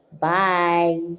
bye